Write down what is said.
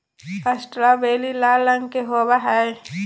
strawberry लाल रंग के होव हई